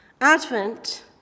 Advent